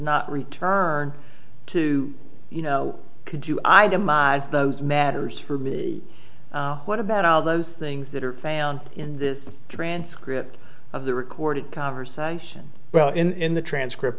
not return to you know could you itemize those matters for me what about all those things that are found in this transcript of the recorded conversation well in the transcript